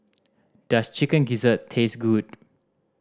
does Chicken Gizzard taste good